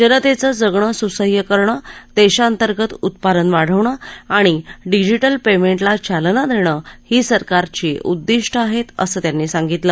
जनतेचं जगणं सुसह्य करणं देशांतर्गत उत्पादन वाढवणं आणि डिजीटल पेंमेटला चालना देणं ही सरकारची उद्दिष्टं आहेत असं त्यांनी सांगितलं